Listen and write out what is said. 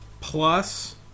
Plus